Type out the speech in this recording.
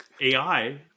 AI